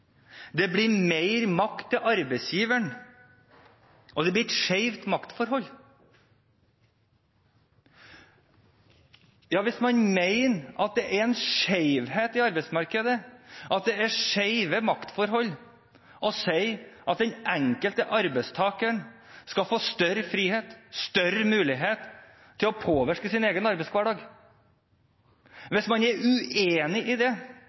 det blir mer makt til arbeidsgiveren, og det blir et skjevt maktforhold. Hvis man mener at det er en skjevhet i arbeidsmarkedet, at det er skjeve maktforhold å si at den enkelte arbeidstaker skal få større frihet, større mulighet til å påvirke sin egen arbeidshverdag – hvis man er uenig i dette og mener at det